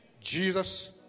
Jesus